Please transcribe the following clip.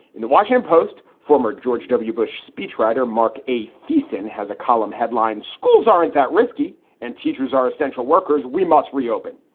in the washington post, former george w. bush speechwriter marc a. thiessen has a column headlined schools aren't that risky and teachers are essential workers. we must reopen.